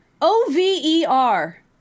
O-V-E-R